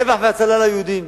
רווח והצלה ליהודים,